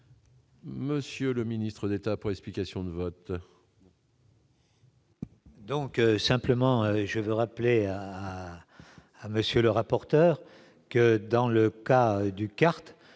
Monsieur le Ministre d'État pour l'explication de vote.